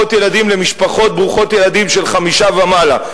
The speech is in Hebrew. ילדים למשפחות ברוכות ילדים של חמישה ומעלה?